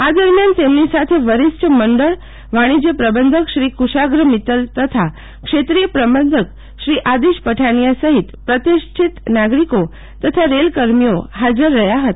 આ દરમિયાન તેમની સાથે વરિષ્ઠ મંડળ વાણિશ્ર્ય પ્રબંધક શ્રી કુશાગ્ર મિત્તલ તથા ક્ષેત્રિય પ્રબંધક શ્રી આદિશ પઠાનિયા સફિત પ્રતિષ્ઠિત નાગરિકો તથા રેલ કર્મીઓ ફાજર રહ્યા ફતા